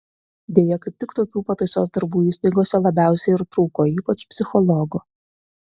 deja kaip tik tokių pataisos darbų įstaigose labiausiai ir trūko ypač psichologų